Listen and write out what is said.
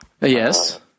Yes